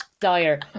dire